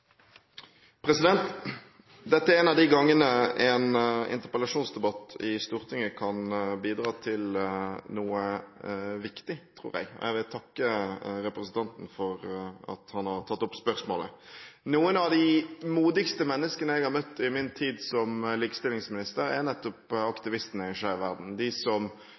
noe viktig, tror jeg, og jeg vil takke representanten for at han har tatt opp spørsmålet. Noen av de modigste menneskene jeg har møtt i min tid som likestillingsminister, er nettopp aktivistene i Skeiv Verden, de som